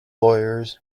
lawyers